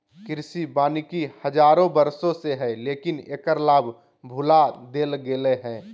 कृषि वानिकी हजारों वर्षों से हइ, लेकिन एकर लाभ भुला देल गेलय हें